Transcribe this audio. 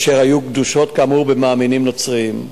אשר היו גדושות, כאמור, במאמינים נוצרים.